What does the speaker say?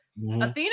Athena